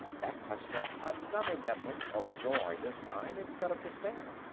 that touched off another bedlam, of joy, this time, instead of despair.